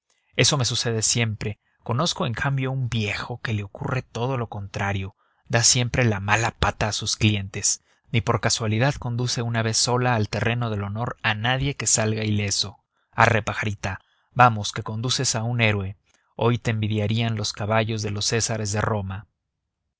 eso me sucede siempre conozco en cambio un viejo que le ocurre lo contrario da siempre la mala pata a sus clientes ni por casualidad conduce una vez sola al terreno del honor a nadie que salga ileso arre pajarita vamos que conduces a un héroe hoy te envidiarían los caballos de los césares de roma